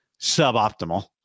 suboptimal